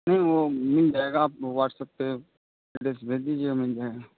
نہیں وہ مل جائے گا واٹس اپ پہ لسٹ بھیج دیجیے مل جائے گا